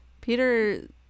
Peter